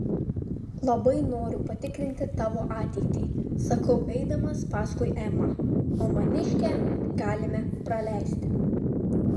labai noriu patikrinti tavo ateitį sakau eidamas paskui emą o maniškę galime praleisti